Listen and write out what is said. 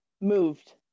moved